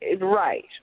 Right